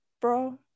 bro